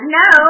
no